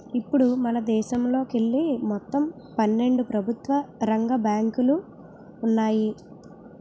ఇప్పుడు మనదేశంలోకెళ్ళి మొత్తం పన్నెండు ప్రభుత్వ రంగ బ్యాంకులు ఉన్నాయి